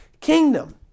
kingdom